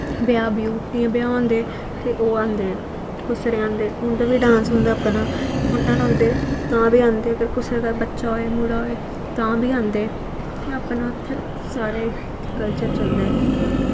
ब्याह् ब्यूह् जियां ब्याह् होंदे ते ओह् आंदे खुसरे आंदे उंदा बा डांस होंदा अपना मूनन होंदे तां बी आंदे अगर कुसै घर बच्चा होए मुड़ा होए तां बी आंदे ते अपना उत्थै सारे कल्चर चलदे